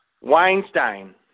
Weinstein